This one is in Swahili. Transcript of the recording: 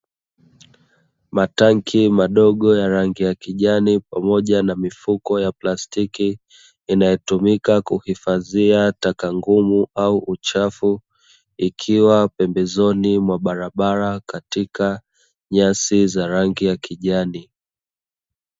Matanki madogo ya rangi ya kijani pamoja na mifuko ya plastiki inayotumika, kuhifadhia taka ngumu au uchafu ikiwa pembezoni mwa barabara katika nyasi za rangi ya kijani.